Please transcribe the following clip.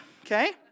Okay